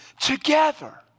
together